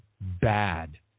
bad